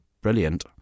brilliant